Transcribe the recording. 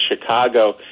chicago